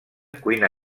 cuina